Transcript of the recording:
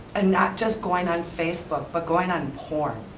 and not just going on facebook, but going on porn,